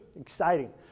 exciting